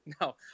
No